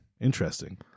interesting